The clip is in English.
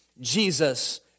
Jesus